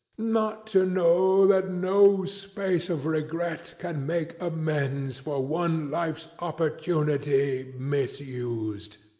not to know that no space of regret can make amends for one life's opportunity misused!